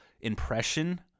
impression